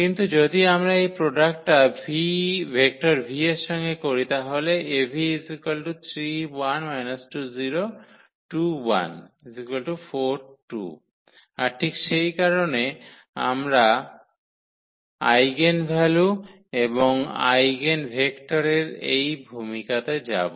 কিন্তু যদি আমরা এই প্রোডাক্টটা ভেক্টর v এর সঙ্গে করি তাহলে আর ঠিক সেই কারনেই আমরা আইগেনভ্যালু এবং আইগেনভেক্টর এর এই ভূমিকাতে যাব